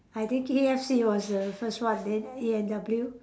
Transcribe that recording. I think K_F_C was the first one then A and W